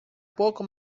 poco